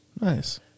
Nice